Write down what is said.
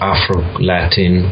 Afro-Latin